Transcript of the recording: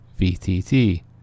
VTT